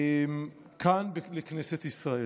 כאן לכנסת ישראל.